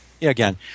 Again